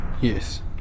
yes